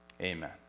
Amen